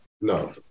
No